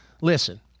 Listen